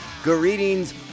Greetings